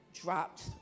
dropped